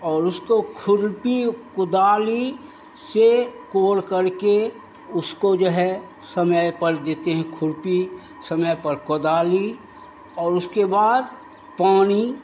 और उसको खुरपी कुदाली से कोर करके उसको जो है समय पर देते हैं खुरपी समय पर कोदाली और उसके बाद पानी